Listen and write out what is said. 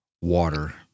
water